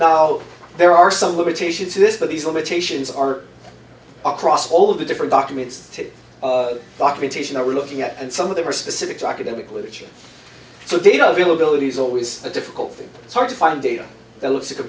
now there are some limitations to this but these limitations are across all of the different documents to documentation that we're looking at and some of them are specific to academic literature so they don't feel abilities are always a difficult thing it's hard to find data that looks like a